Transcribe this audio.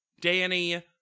Danny